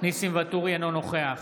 אינו נוכח